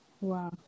Wow